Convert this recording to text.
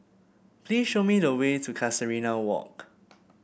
please show me the way to Casuarina Walk